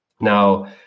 Now